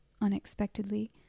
unexpectedly